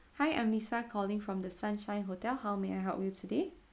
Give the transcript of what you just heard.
hi I'm lisa calling from the sunshine hotel how may I help you today